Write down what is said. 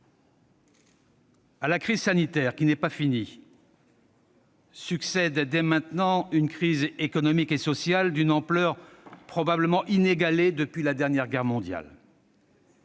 À la crise sanitaire, qui n'est pas finie, succède dès maintenant une crise économique et sociale d'une ampleur probablement inégalée depuis la dernière guerre mondiale.